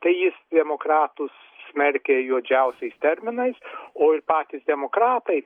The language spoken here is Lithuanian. tai jis demokratus smerkia juodžiausiais terminais o ir patys demokratai